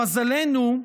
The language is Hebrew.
למזלנו,